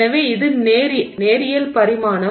எனவே அது நேரியல் பரிமாணம்